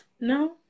No